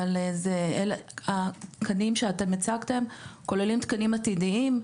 אבל התקנים שאתם הצגתם כוללים תקנים עתידיים,